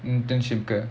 internship கே:kae